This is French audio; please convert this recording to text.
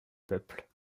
peuple